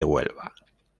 huelva